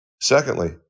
Secondly